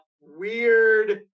weird